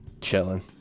chilling